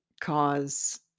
cause